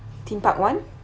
theme park [one]